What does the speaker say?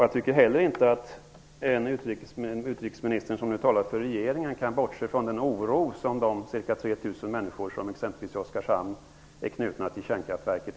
Jag tycker heller inte att utrikesministern, som nu talar för regeringen, kan bortse från den oro som människor känner, exempelvis de 3 000 i Oskarshamn som är knutna till kärnkraftverket.